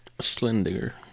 Slender